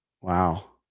Wow